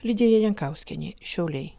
lidija jankauskienė šiauliai